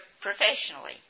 professionally